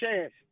chance